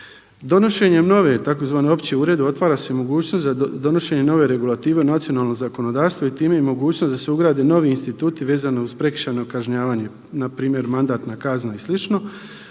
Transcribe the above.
Donošenjem nove tzv. opće uredbe otvara se mogućnost za donošenje nove regulative o nacionalnom zakonodavstvu i time i mogućnost da se ugrade novi instituti vezano uz prekršajno kažnjavanje npr. mandatna kazna i sl.